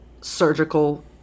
surgical